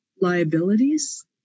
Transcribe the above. liabilities